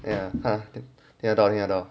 ya 听得到听得到